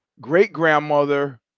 great-grandmother